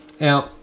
now